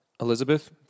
Elizabeth